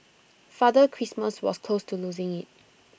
Father Christmas was close to losing IT